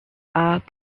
are